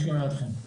אני שומע אתכם.